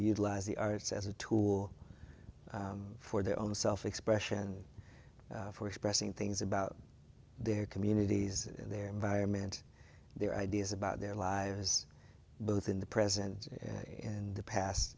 utilize the arts as a tool for their own self expression for expressing things about their communities their environment their ideas about their lives both in the present and the past